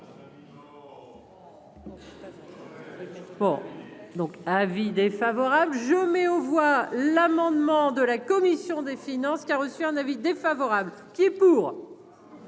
Bon, donc avis défavorable, je mets aux voix l'amendement de la commission des finances, qui a reçu un avis défavorable qui est pour.